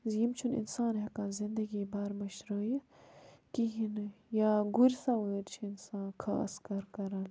زِ یِم چھُنہٕ اِنسان ہیٚکان زِندگی بھر مٔشرٲیِتھ کِہیٖنۍ نہٕ یا گُرۍ سَوٲرۍ چھُ اِنسان خاص کَر کَران